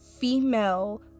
female